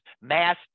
mass